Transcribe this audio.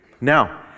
now